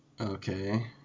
Okay